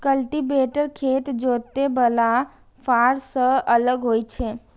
cultivator खेत जोतय बला फाड़ सं अलग होइ छै